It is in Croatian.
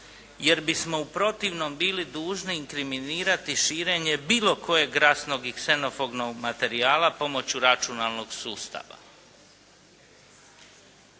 jer bismo u protivnom bili dužni inkriminirati širenje bilo kojeg rasnog i ksenofobnog materijala pomoću računalnog sustava.